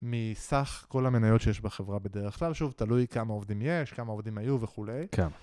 מסך כל המניות שיש בחברה בדרך כלל, שוב, תלוי כמה עובדים יש, כמה עובדים היו וכו'.